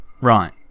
Right